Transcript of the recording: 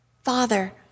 Father